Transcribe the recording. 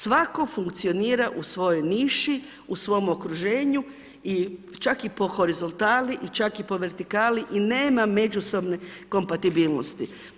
Svatko funkcionira u svojoj niši, u svom okruženju i čak i po horizontali i čak i po vertikali i nema međusobne kompatibilnosti.